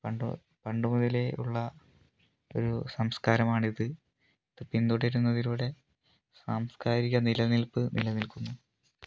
പണ്ട് പണ്ടുമുതലേ ഉള്ള ഒരു സംസ്കാരമാണിത് പിന്തുടരുന്നതിലൂടെ സാംസ്ക്കാരിക നിലനിൽപ്പ് നിലനിൽക്കുന്നു